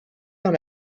dans